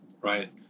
right